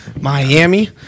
Miami